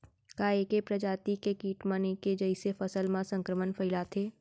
का ऐके प्रजाति के किट मन ऐके जइसे फसल म संक्रमण फइलाथें?